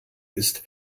ist